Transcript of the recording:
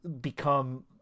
become